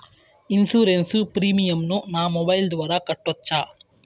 Insurance premium ను నా mobile ద్వారా కట్టొచ్చా?